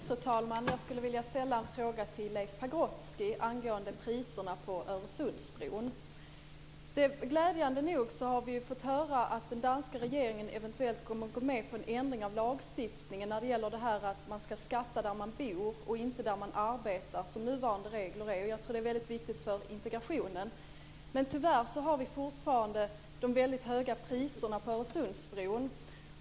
Fru talman! Jag skulle vilja ställa en fråga till Leif Glädjande nog har vi fått höra att den danska regeringen eventuellt kommer att gå med på en ändring av lagstiftningen när det gäller detta att man ska skatta där man bor och inte där man arbetar, som nuvarande regler innebär. Jag tror att det är väldigt viktigt för integrationen. Men tyvärr har vi fortfarande väldigt höga priser på Öresundsbron.